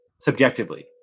subjectively